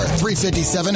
.357